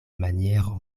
maniero